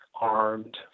armed